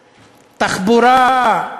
תחבורה,